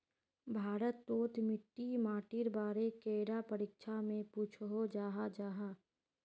भारत तोत मिट्टी माटिर बारे कैडा परीक्षा में पुछोहो जाहा जाहा?